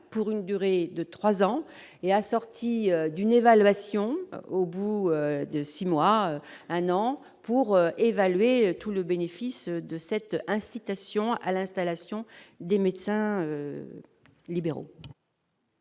pour une durée de 3 ans est assorti d'une évaluation au bout de 6 mois, un an pour évaluer tout le bénéfice de cette incitation à l'installation des médecins libéraux.